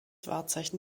wahrzeichen